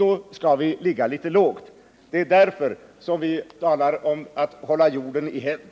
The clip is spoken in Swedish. Därför skall vi ligga litet lågt, och det är därför som vi talar om att hålla jorden i hävd.